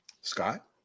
Scott